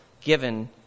given